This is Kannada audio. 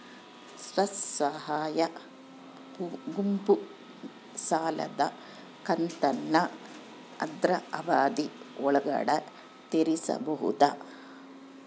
ಸ್ವಸಹಾಯ ಗುಂಪು ಸಾಲದ ಕಂತನ್ನ ಆದ್ರ ಅವಧಿ ಒಳ್ಗಡೆ ತೇರಿಸಬೋದ?